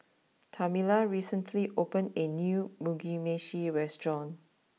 Tamela recently opened a new Mugi Meshi restaurant